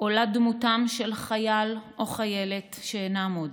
עולה דמותם של חייל או חיילת שאינם עוד.